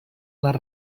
les